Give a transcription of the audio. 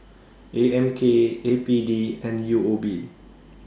A M K A P D and U O B